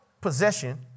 possession